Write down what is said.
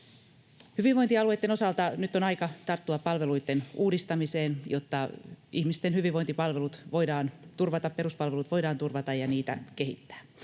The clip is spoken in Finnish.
Hyvinvointialueitten osalta on aika tarttua palveluitten uudistamiseen, jotta ihmisten hyvinvointipalvelut ja peruspalvelut voidaan turvata ja niitä kehittää.